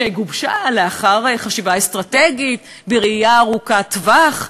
שגובשה לאחר חשיבה אסטרטגית ובראייה ארוכת טווח?